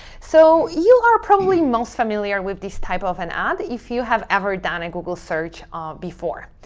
so you are probably most familiar with this type of an ad, if you have ever done a google search before.